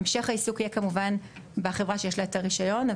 המשך העיסוק יהיה כמובן בחברה שיש לה את הרישיון.